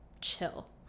chill